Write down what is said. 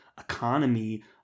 economy